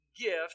gift